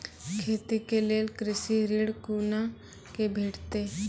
खेती के लेल कृषि ऋण कुना के भेंटते?